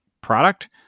product